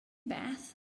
bath